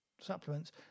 supplements